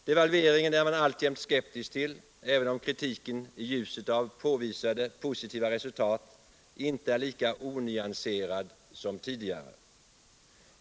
Devalveringen är man alltjämt skeptisk till, även om kritiken i ljuset av påvisade positiva resultat inte är lika onyanserad som tidigare.